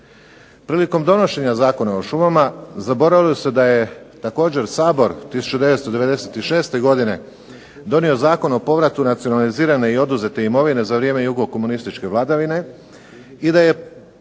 Prilikom donošenja Zakona o šumama zaboravilo se da je također Sabor 1996. godine donio Zakon o povratu nacionalizirane i oduzete imovine za vrijeme jugo komunističke vladavine i da je